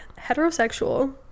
heterosexual